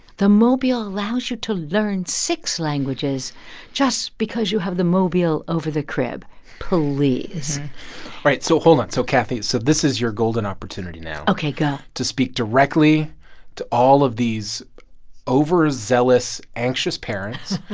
the mobile allows you to learn six languages just because you have the mobile over the crib puh-lease right. so hold on. so, kathy, so this is your golden opportunity now. ok, go. to speak directly to all of these overzealous, anxious parents.